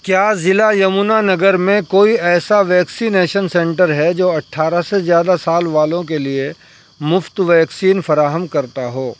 کیا ضلع یمنا نگر میں کوئی ایسا ویکسینیشن سنٹر ہے جو اٹھارہ سے زیادہ سال والوں کے لیے مفت ویکسین فراہم کرتا ہو